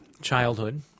Childhood